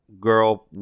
girl